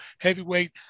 heavyweight